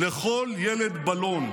לכל ילד בלון.